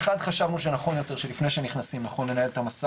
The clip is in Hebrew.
א' חשבנו שנכון יותר לפני שנכנסים אנחנו ננהל את המשא